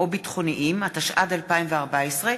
התשע"ד 2014,